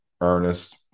Ernest